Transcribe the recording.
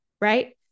right